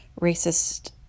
racist